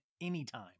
anytime